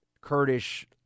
Kurdish